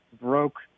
broke